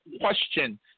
question